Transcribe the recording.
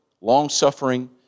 long-suffering